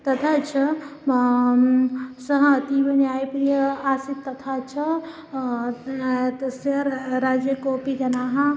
तथा च सः अतीव न्यायप्रियः आसीत् तथा च तस्य राज्ये कोपि जनाः